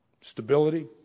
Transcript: stability